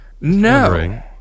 No